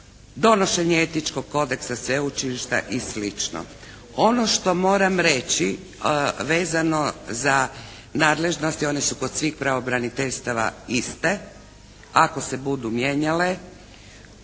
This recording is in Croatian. Donošenje etičkog kodeksa Sveučilišta i slično. Ono što moram reći vezano za nadležnosti, one su kod svih pravobraniteljstava iste. Ako se budu mijenjale